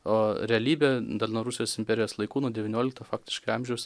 o realybė dar nuo rusijos imperijos laikų nuo devyniolikto faktiškai amžiaus